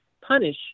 punish